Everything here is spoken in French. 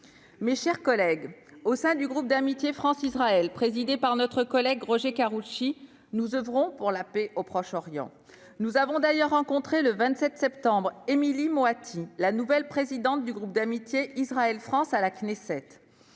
Mes chers collègues, au sein du groupe d'amitié France-Israël, présidé par notre collègue Roger Karoutchi, nous oeuvrons pour la paix au Proche-Orient. Nous avons d'ailleurs rencontré, le 27 septembre dernier, Émilie Moatti, la nouvelle présidente du groupe d'amitié Israël-France à la Knesset.